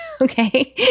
Okay